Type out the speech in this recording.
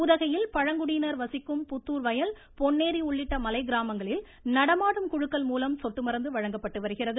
உதகையில் பழங்குடியினர் வசிக்கும் புத்தூர் வயல் பொன்னேரி உள்ளிட்ட மலைக்கிராமங்களில் நடமாடும் குழுக்கள் மூலம் சொட்டு மருந்து வழங்கப்பட்டு வருகிறது